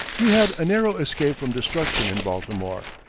he had a narrow escape from destruction in baltimore.